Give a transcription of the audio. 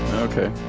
okay,